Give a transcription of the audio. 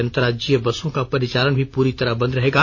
अन्तर राज्यीय बसों का परिचालन भी पूरी तरह बंद रहेगा